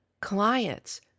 clients